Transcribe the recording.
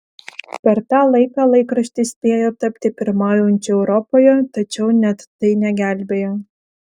per tą laiką laikraštis spėjo tapti pirmaujančiu europoje tačiau net tai negelbėjo